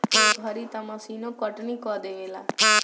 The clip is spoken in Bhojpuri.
ए घरी तअ मशीनो कटनी कअ देवेला